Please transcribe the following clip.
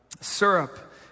syrup